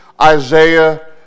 Isaiah